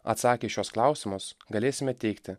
atsakę į šiuos klausimus galėsime teigti